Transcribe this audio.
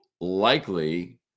likely